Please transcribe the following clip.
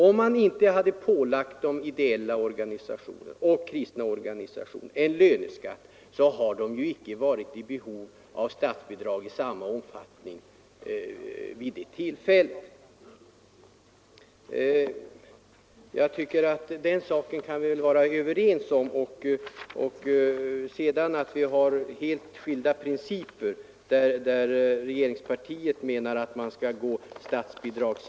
Om man inte lagt en löneskatt på de ideella och kristna organisationerna, hade dessa inte varit i behov av statsbidrag i samma omfattning. Den saken kan vi väl vara överens om. Regeringspartiet vill stödja organisationerna med statsbidrag.